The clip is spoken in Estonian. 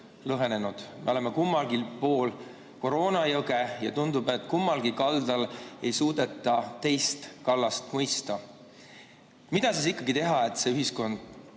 lõhenenud. Me oleme kahel pool koroonajõge ja tundub, et kummalgi kaldal ei suudeta teist kallast mõista. Mida siis ikkagi teha, et ühiskond